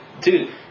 Dude